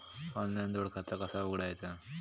Online जोड खाता कसा उघडायचा?